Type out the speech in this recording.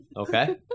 Okay